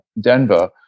Denver